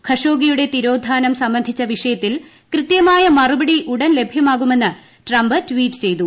ഖഷോഗിയുടെ തിരോധാനം സംബന്ധിച്ച വിഷയത്തിൽ കൃത്യമായ മറുപടി ഉടൻ ലഭ്യമാകുമെന്ന് ട്രംപ് ട്വീറ്റ് ചെയ്തു